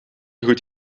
goed